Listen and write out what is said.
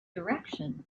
direction